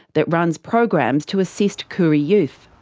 that runs programs to assist koori youth.